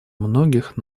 многих